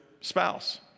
spouse